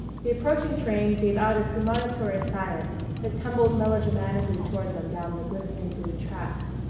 the approaching train gave out a premonitory siren that tumbled melodramatically toward them down the glistening blue tracks.